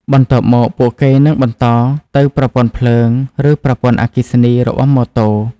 បន្ទាប់មកពួកគេនឹងបន្តទៅប្រព័ន្ធភ្លើងឬប្រព័ន្ធអគ្គិសនីរបស់ម៉ូតូ។